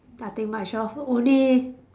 nothing much lor only